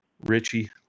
richie